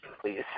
Please